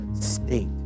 state